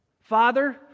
Father